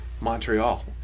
Montreal